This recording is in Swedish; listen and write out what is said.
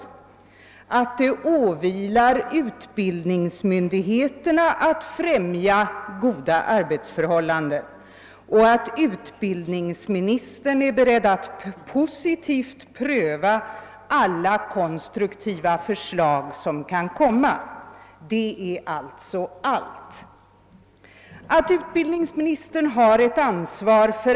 Jo, att det åvilar utbildningsmyndigheterna att främja goda arbetsförhållanden och att utbildningsministern är beredd att positivt pröva alla konstruktiva förslag som kan komma. Det är alltså allt.